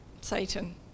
Satan